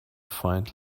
find